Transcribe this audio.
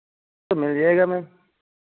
तो मिल जाएगा मैम